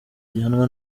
gihanwa